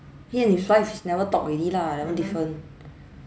he and his wife never talk already lah different